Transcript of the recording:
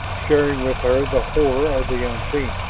sharing with her the horror of the unseen.